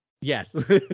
Yes